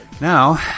Now